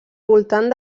voltant